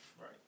Right